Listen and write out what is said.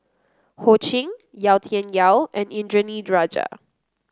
Ho Ching Yau Tian Yau and Indranee Rajah